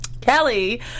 Kelly